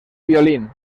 violín